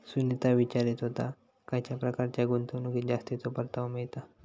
सुनीता विचारीत होता, खयच्या प्रकारच्या गुंतवणुकीत जास्तीचो परतावा मिळता?